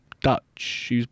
Dutch